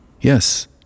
Yes